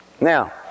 Now